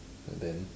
then